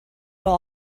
will